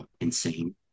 insane